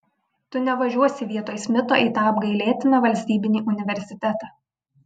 tu nevažiuosi vietoj smito į tą apgailėtiną valstybinį universitetą